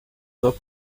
not